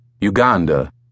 Uganda